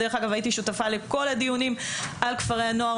דרך אגב הייתי שותפה לכל הדיונים על כפרי הנוער,